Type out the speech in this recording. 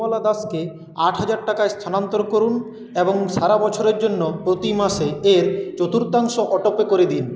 নির্মলা দাসকে আটহাজার টাকা স্থানান্তর করুন এবং সারা বছরের জন্য প্রতি মাসে এর চতুর্থাংশ অটোপে করে দিন